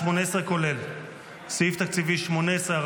סעיף תקציבי 18,